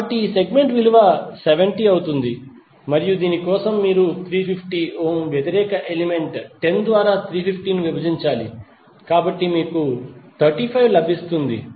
కాబట్టి ఈ సెగ్మెంట్ విలువ 70 అవుతుంది మరియు దీని కోసం మీరు 350 ఓం వ్యతిరేక ఎలిమెంట్ 10 ద్వారా 350 ను విభజించాలి కాబట్టి మీకు 35 లభిస్తుంది